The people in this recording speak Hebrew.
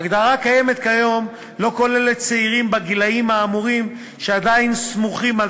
ההגדרה הקיימת היום לא כוללת צעירים בגילים האמורים שעדיין סמוכים על